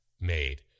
made